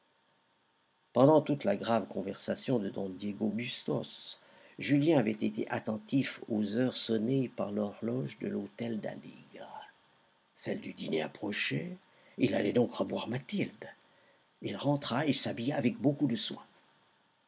pendant toute la grave conversation de don diego bustos julien avait été attentif aux heures sonnées par l'horloge de l'hôtel d'aligre celle du dîner approchait il allait donc revoir mathilde il rentra et s'habilla avec beaucoup de soin